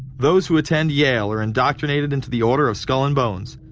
those who attend yale are indoctrinated into the order of skull and bones,